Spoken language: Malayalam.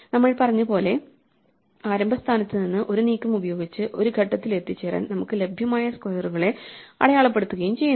നമ്മൾ പറഞ്ഞതുപോലെ ആരംഭ സ്ഥാനത്ത് നിന്ന് ഒരു നീക്കം ഉപയോഗിച്ച് ഒരു ഘട്ടത്തിൽ എത്തിച്ചേരാൻ നമുക്ക് ലഭ്യമായ സ്ക്വയറുകളെ അടയാളപ്പെടുത്തുകയും ചെയ്യുന്നു